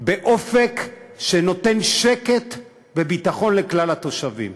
באופק שנותן שקט וביטחון לכלל התושבים.